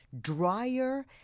drier